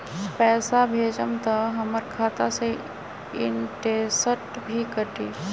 पैसा भेजम त हमर खाता से इनटेशट भी कटी?